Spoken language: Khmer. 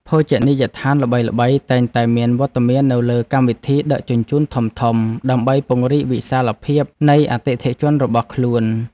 ភោជនីយដ្ឋានល្បីៗតែងតែមានវត្តមាននៅលើកម្មវិធីដឹកជញ្ជូនធំៗដើម្បីពង្រីកវិសាលភាពនៃអតិថិជនរបស់ខ្លួន។